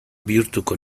bihurtuko